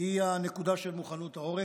היא הנקודה של מוכנות העורף.